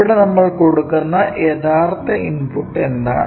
ഇവിടെ നമ്മൾ കൊടുക്കുന്ന യഥാർത്ഥ ഇൻപുട്ട് എന്താണ്